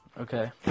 okay